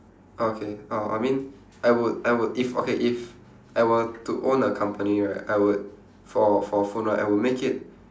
okay oh I mean I would I would if okay if I were to own a company right I would for for phone right I will make it